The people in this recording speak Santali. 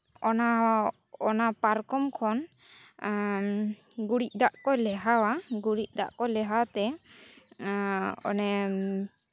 ᱚᱱᱟ ᱚᱱᱟ ᱯᱟᱨᱠᱚᱢ ᱠᱷᱚᱱ ᱜᱩᱨᱤᱡᱽ ᱫᱟᱜ ᱠᱚ ᱞᱮᱣᱦᱟᱭᱟ ᱜᱩᱨᱤᱡ ᱫᱟᱜ ᱠᱚ ᱞᱮᱣᱦᱟᱭ ᱛᱮ ᱚᱱᱮ